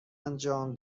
انجام